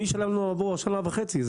מי ישלם לנו עבור השנה וחצי?